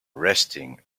resting